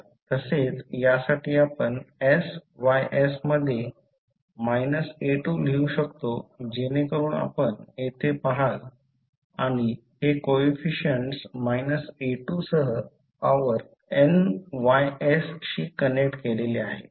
तसेच यासाठी आपण sys मध्ये a2 लिहू शकतो जेणेकरुन आपण येथे पहाल आणि हे कोइफिसिएंट्स a2 सह पॉवर nys शी कनेक्ट केलेले आहे